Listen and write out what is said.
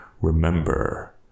Remember